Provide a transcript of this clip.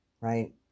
right